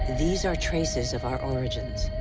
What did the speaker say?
these are traces of our origins.